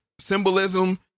symbolism